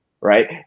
right